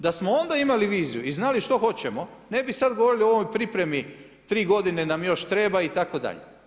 Da smo onda imali viziju i znali što hoćemo, ne bi sada govorili o ovoj pripremi 3 g. nam još treba itd.